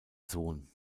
sohn